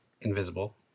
invisible